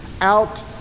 out